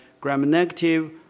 gram-negative